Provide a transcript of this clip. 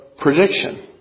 prediction